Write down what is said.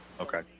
Okay